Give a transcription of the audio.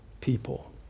people